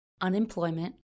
unemployment